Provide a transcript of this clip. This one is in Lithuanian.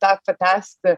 dar pratęsti